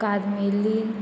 कार्मेली